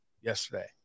yesterday